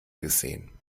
gesehen